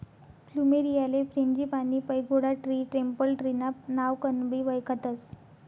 फ्लुमेरीयाले frangipani, pagoda tree, temple tree ना नावकनबी वयखतस